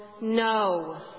no